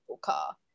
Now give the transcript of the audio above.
car